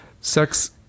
Sex